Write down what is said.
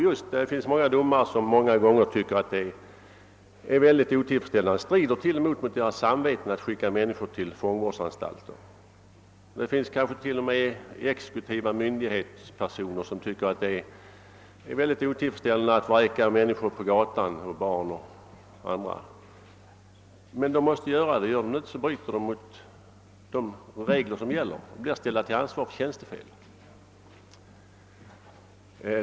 Det finns säkert domare, som många gånger tycker att det är otillfredsställande och t.o.m. stridande mot deras samvete att skicka människor till fångvårdsanstalter. Ja det finns exekutiva myndighetspersoner som tycker att det är otillfredsställande att vräka människor ut på gatan. Men de måste göra det, eftersom de annars bryter mot de regler som gäller och blir ställda till ansvar för tjänstefel.